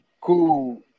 Cool